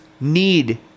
need